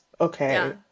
Okay